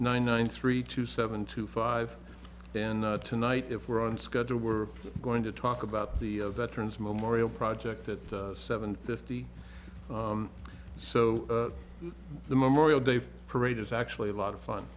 nine nine three two seven two five then tonight if we're on schedule we're going to talk about the veterans memorial project at seven fifty so the memorial day parade is actually a lot of fun